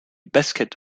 basket